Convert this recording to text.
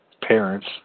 parents